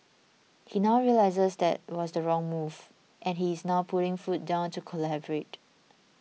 he now realises that was the wrong move and he is now putting foot down to collaborate